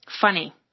Funny